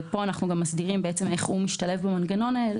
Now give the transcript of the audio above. פה אנחנו מסדירים איך הוא משתלב במנגנון הזה,